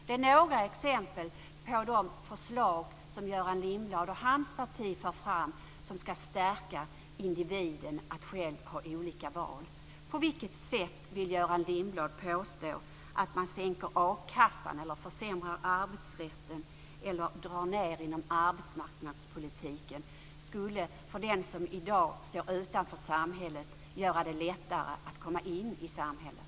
Det är några exempel på de förslag som Göran Lindblad och hans parti för fram som ska stärka individen att själv göra olika val. På vilket sätt vill Göran Lindblad påstå att en sänkning av a-kassan, en försämring av arbetssätten eller en neddragning inom arbetsmarknadspolitiken skulle göra det lättare för den som i dag står utanför samhället att komma in i samhället?